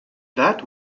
that